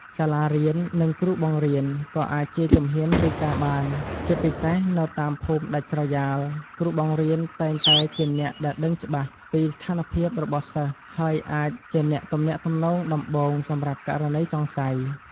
សាលារៀន និងគ្រូបង្រៀន ក៏អាចជាជំហានរាយការណ៍បាន ជាពិសេសនៅតាមភូមិដាច់ស្រយាល គ្រូបង្រៀនតែងតែជាអ្នកដែលដឹងច្បាស់ពីស្ថានភាពរបស់សិស្ស ហើយអាចជាអ្នកទំនាក់ទំនងដំបូងសម្រាប់ករណីសង្ស័យ។